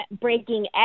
breaking